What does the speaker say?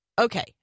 Okay